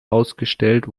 ausgestellt